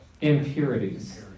impurities